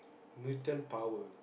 mutant power